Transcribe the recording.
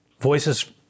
voices